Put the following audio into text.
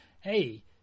hey